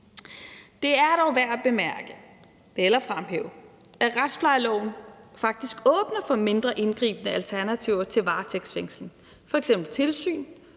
Det er dog værd at bemærke eller fremhæve, at retsplejeloven faktisk åbner for mindre indgribende alternativer til varetægtsfængsling, f.eks. tilsyn,